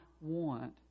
want